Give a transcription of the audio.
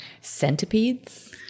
centipedes